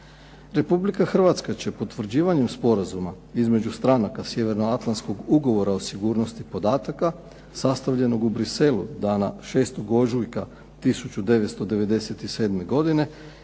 Republika Hrvatska će potvrđivanjem sporazuma između stranaka sjevernoatlantskog ugovora o sigurnosti podataka sastavljenog u Bruxellesu dana 6. ožujka 1997. godine